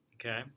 Okay